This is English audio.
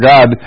God